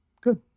good